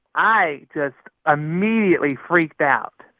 i just immediately freaked out.